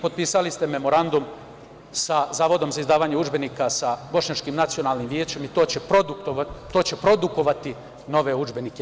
Potpisali ste Memorandum sa Zavodom za izdavanje udžbenika sa bošnjačkim nacionalnim većem i to će produkovati nove udžbenike.